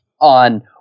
on